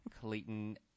Clayton